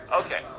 Okay